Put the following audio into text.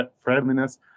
friendliness